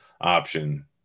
option